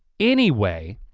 anyway,